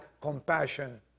compassion